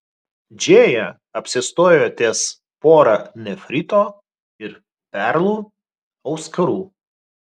džėja apsistojo ties pora nefrito ir perlų auskarų